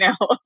now